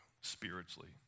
spiritually